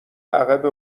عقب